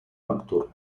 nocturno